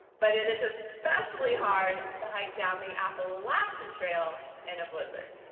but it is especially hard to hike down the appalachian trail in a blizzard,